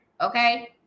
okay